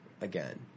again